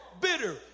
bitter